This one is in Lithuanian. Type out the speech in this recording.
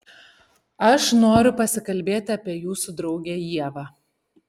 aš noriu pasikalbėti apie jūsų draugę ievą